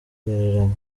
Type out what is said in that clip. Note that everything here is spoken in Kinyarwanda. begeranye